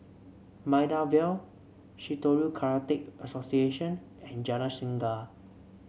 Maida Vale Shitoryu Karate Association and Jalan Singa